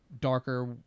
darker